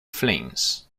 flames